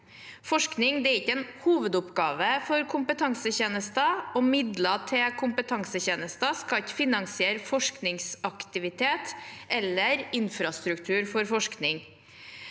Forskning er ikke en hovedoppgave for kompetansetjenester, og midler til kompetansetjenester skal ikke finansiere forskningsaktivitet eller infrastruktur for forskning.